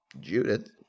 Judith